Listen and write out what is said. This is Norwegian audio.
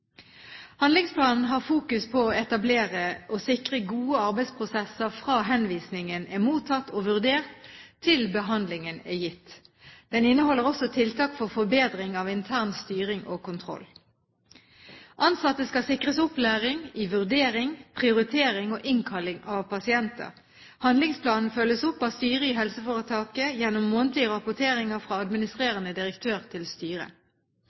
Handlingsplanen har fokus på å etablere og sikre gode arbeidsprosesser fra henvisningen er mottatt og vurdert, til behandlingen er gitt. Den inneholder også tiltak for forbedring av intern styring og kontroll. Ansatte skal sikres opplæring i vurdering, prioritering og innkalling av pasienter. Handlingsplanen følges opp av styret i helseforetaket gjennom månedlige rapporteringer fra administrerende direktør til styret.